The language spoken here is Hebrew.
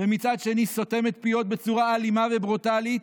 ומצד שני סותמת פיות בצורה אלימה וברוטלית.